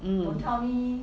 mm